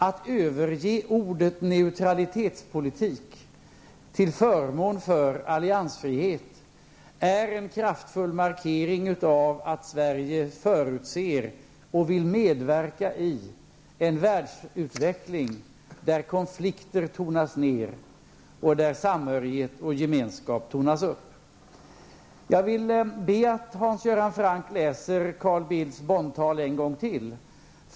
Att överge ordet neutralitetspolitik till förmån för alliansfrihet är en kraftfull markering av att Sverige förutser och vill medverka i en världsutveckling där konflikter tonas ner och där samhörighet och gemenskap tonas upp. Jag vill be Hans Göran Franck att läsa Carl Bildts Bonntal en gång till.